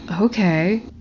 Okay